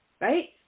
right